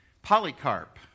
Polycarp